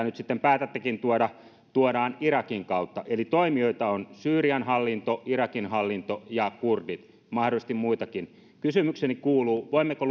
nyt sitten päätättekin tuoda tuodaan irakin kautta eli toimijoita ovat syyrian hallinto irakin hallinto ja kurdit mahdollisesti muitakin kysymykseni kuuluu voimmeko